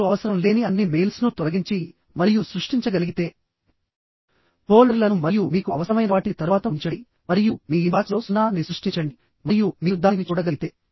మీరు అవసరం లేని అన్ని మెయిల్స్ను తొలగించి మరియు సృష్టించగలిగితే ఫోల్డర్ల ను మరియు మీకు అవసరమైన వాటిని తరువాత ఉంచండి మరియు మీ ఇన్బాక్స్లో 0 ని సృష్టించండి మరియు మీరు దానిని చూడగలిగితే